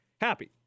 happy